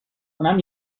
اونم